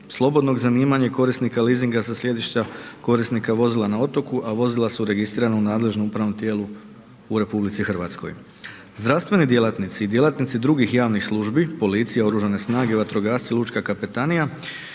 slobodnog zanimanja i korisnika leasinga sa sjedišta korisnika vozila na otoku a vozila su registrirana u nadležnom upravnom tijelu u RH. Zdravstveni djelatnici i djelatnici drugih javnih službi, policije, OS, vatrogasci, lučka kapetanija